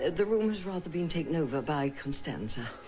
and the rooms rather being taken over by constanza.